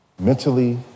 Mentally